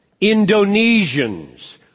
Indonesians